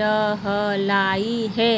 रहलय हें